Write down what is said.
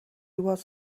was